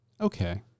Okay